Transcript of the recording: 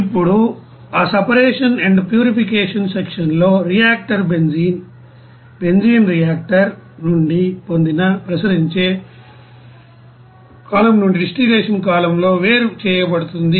ఇప్పుడు separation and purification section లో reactor benzene reactor నుండి పొందిన ప్రసరించే నుండి డిస్టిల్లషన్ కాలమ్లో వేరు చేయబడుతుంది